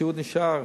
הסיעוד נשאר.